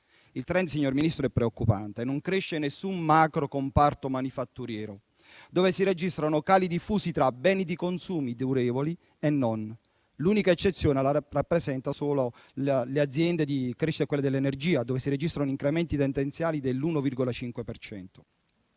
Il *trend*, signor Ministro, è preoccupante: non cresce nessun macro comparto manifatturiero, dove si registrano cali diffusi tra beni di consumi durevoli e no. L'unica eccezione è rappresentata dalle aziende dell'energia, dove si registrano incrementi tendenziali dell'1,5